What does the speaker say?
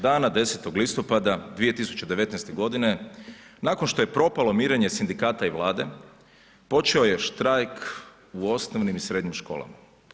Dana 10. listopada 2019. g. nakon što je propalo mirenje sindikata i Vlade, počeo je štrajk u osnovnim i srednjim školama.